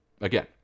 again